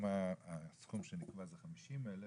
שאם הסכום שנקבע זה 50,000,